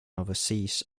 oversees